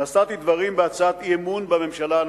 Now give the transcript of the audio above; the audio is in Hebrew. נשאתי דברים בהצעת אי-אמון בממשלה הנוכחית.